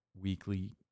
weekly